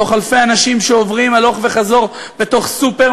מתוך אלפי אנשים שעוברים הלוך וחזור בתוך סופר